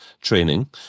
training